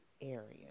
areas